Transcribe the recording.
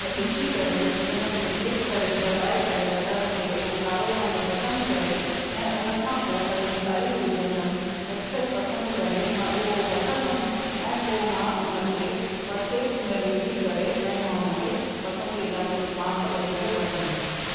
व ॾिसी करे उनखे क्लिक करे दॿाए करे बटण खे उहो कारो रंगु पसंदि करे ऐं उनखां पोइ पंहिंजी साइज़ विझंदमि एक्स एल पसंदि करे मां उहो वठंदमि ऐं पोइ मां उनखे पर्चेज़ में विझी करे ऐं मां उनखे पसंदीदा पंहिंजी माप ॾेई करे वठंदसि